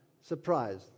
surprised